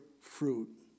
fruit